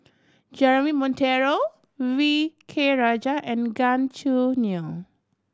Jeremy Monteiro V K Rajah and Gan Choo Neo